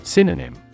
Synonym